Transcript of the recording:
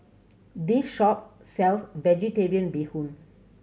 this shop sells Vegetarian Bee Hoon